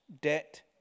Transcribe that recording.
debt